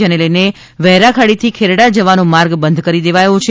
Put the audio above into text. જેને લઇને વહેરાખાડી થી ખેરડા જવાનો માર્ગ બંધ કરી દેવાયો છે